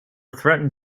threatened